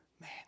Man